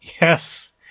Yes